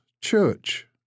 church